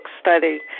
Study